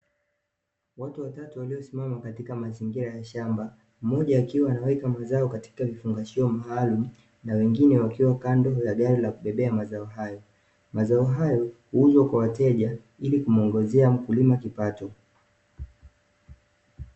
Watu watatu waliosimama katika mazingira ya shamba; mmoja akiwa anaweka mazao katika vifungashio maalum na wengine wakiwa kando ya gari la kubebea mazao hayo. Mazao hayo huuzwa kwa wateja ili kumwongozea mkulima kipato.